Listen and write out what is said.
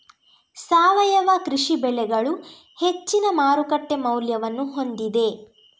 ಸಾವಯವ ಕೃಷಿ ಬೆಳೆಗಳು ಹೆಚ್ಚಿನ ಮಾರುಕಟ್ಟೆ ಮೌಲ್ಯವನ್ನು ಹೊಂದಿದೆ